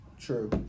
True